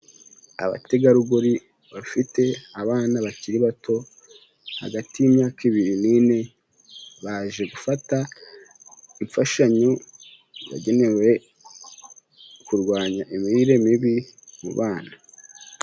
Abategarugori bafite abana bakiri bato hagati y'imyaka ibiri n'ine, baje gufata imfashanyo yagenewe kurwanya imirire mibi mu bana.